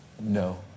No